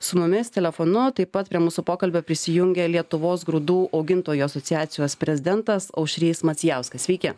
su mumis telefonu taip pat prie mūsų pokalbio prisijungė lietuvos grūdų augintojų asociacijos prezidentas aušrys macijauskas sveiki